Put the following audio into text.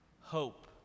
hope